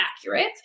accurate